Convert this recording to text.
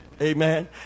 Amen